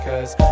Cause